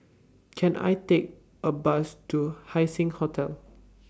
Can I Take A Bus to Haising Hotel